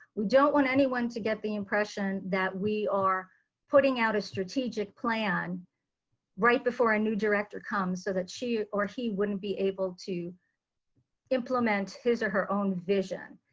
we don't want anyone to get the impression that we are putting out a strategic plan right before our new director comes, so that she or he wouldn't be able to implement his or her own vision.